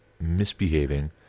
misbehaving